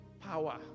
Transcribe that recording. Power